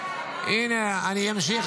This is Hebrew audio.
אתה לא מתבייש?